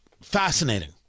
fascinating